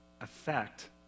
affect